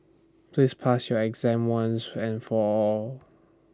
please pass your exam once and for all